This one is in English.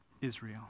Israel